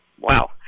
Wow